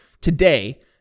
today